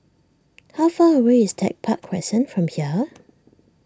how far away is Tech Park Crescent from here